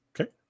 Okay